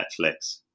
Netflix